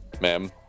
ma'am